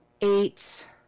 eight